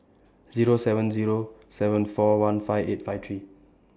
Zero seven Zero seven four one five eight five three